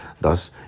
Thus